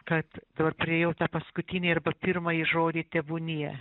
kad dabar priėjau tą paskutinį arba pirmąjį žodį tebūnie